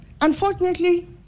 unfortunately